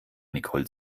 nicole